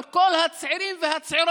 אבל את כל הצעירים והצעירות,